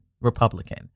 Republican